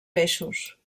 peixos